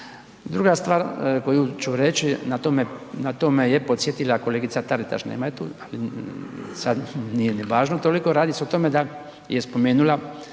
Druga stvar koju ću reći, na to me je podsjetila kolegica Taritaš, nema je tu sad, nije ni važno toliko, radi se o tome da je spomenula